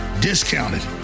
discounted